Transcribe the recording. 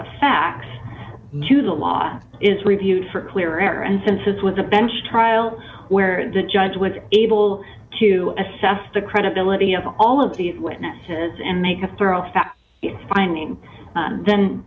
the facts to the law is reviewed for clear and since this was a bench trial where the judge was able to assess the credibility of all of the witnesses and make a thorough fact finding then